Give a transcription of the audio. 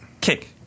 kick